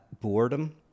Boredom